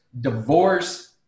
Divorce